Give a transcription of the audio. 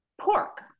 pork